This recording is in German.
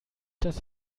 das